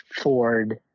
Ford